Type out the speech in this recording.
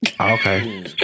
Okay